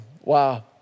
Wow